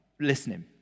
listening